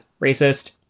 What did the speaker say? racist